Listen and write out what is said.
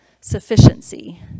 sufficiency